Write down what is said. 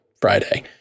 Friday